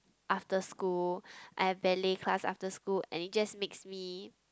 after school I've ballet class after school and it just makes me